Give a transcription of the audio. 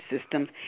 systems